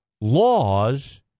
laws